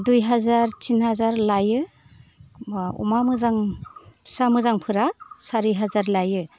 दुइ हाजार तिन हाजार लायो अमा मोजां फिसा मोजांफोरा चारि हाजार लायो